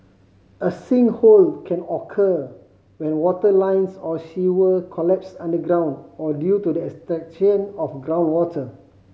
a sinkhole can occur when water lines or sewer collapse underground or due to the extraction of groundwater